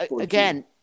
Again